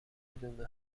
کدومه